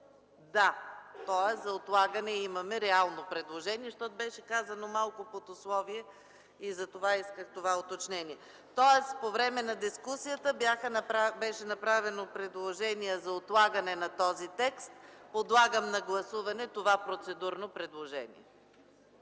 Да, имаме реално предложение за отлагане. Беше казано малко под условие и затова исках това уточнение. Тоест по време на дискусията беше направено предложение за отлагане на този текст. Подлагам на гласуване това процедурно предложение.